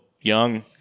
young